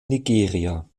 nigeria